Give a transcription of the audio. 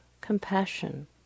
compassion